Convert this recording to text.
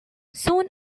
soon